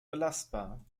belastbar